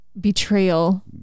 Betrayal